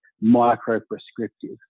micro-prescriptive